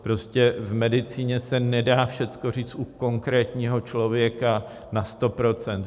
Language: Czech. Prostě v medicíně se nedá všechno říct u konkrétního člověka na 100 %.